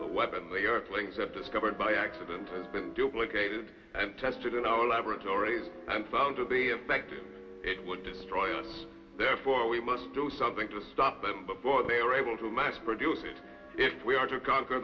the weapon the earthlings have discovered by accident has been duplicated and tested in our laboratories and found to be effective it would destroy us therefore we must do something to stop them before they are able to mass produce it if we are to conquer